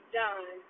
done